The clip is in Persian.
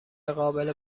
قابل